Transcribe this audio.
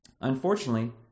Unfortunately